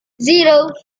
zero